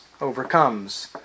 overcomes